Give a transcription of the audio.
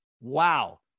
Wow